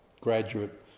graduate